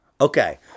Okay